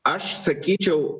aš sakyčiau